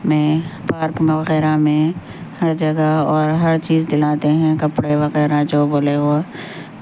میں پارک وغیرہ میں ہر جگہ اور ہر چیز دلاتے ہیں کپڑے وغیرہ جو بولے وہ